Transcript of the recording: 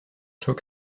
took